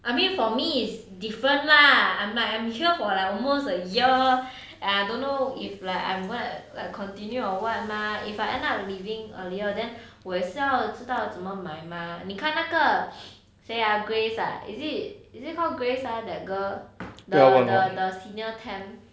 I mean for me is different lah I'm like I'm here for like almost a year and I don't know if like I'm going to continue or what mah if I end up leaving earlier then 我也是要知道怎么买 mah 你看那个谁 ah grace ah is it is it call grace ah that girl the the the senior temp